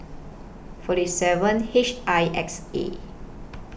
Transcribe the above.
forty seven H I X A